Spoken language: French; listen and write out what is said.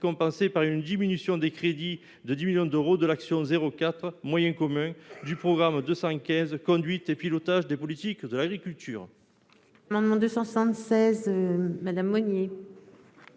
compensée par une diminution des crédits de 10 millions d'euros de l'action n° 04, Moyens communs, du programme 215, « Conduite et pilotage des politiques de l'agriculture